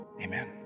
Amen